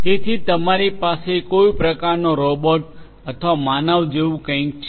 તેથી તમારી પાસે કોઈ પ્રકારનો રોબોટ અથવા માનવ જેવું કંઈક છે